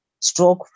stroke